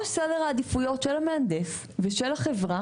סדר העדיפויות של המהנדס ושל החברה,